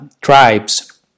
tribes